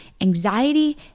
anxiety